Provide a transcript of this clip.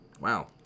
Wow